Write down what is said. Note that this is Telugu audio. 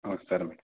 సరే మేడమ్